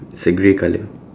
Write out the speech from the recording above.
it's a grey colour